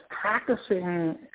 practicing